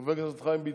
חבר הכנסת חיים ביטון.